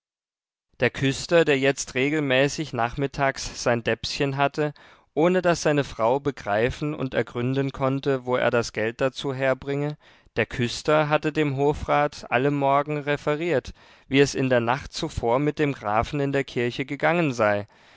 der küster der jetzt regelmäßig nachmittags sein däpschen hatte ohne daß seine frau begreifen und ergründen konnte wo er das geld dazu herbringe der küster hatte dem hofrat alle morgen referiert wie es in der nacht zuvor mit dem grafen in der kirche gegangen sei